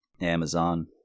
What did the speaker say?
Amazon